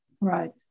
right